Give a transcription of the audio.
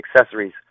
accessories